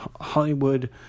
hollywood